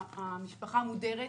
המשפחה מודרת.